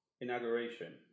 inauguration